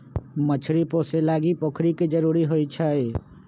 मछरी पोशे लागी पोखरि के जरूरी होइ छै